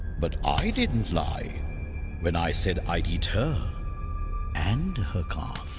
but i didn't lie when i said i'd eat her and her calf!